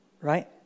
Right